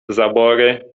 zabory